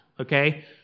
okay